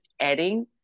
adding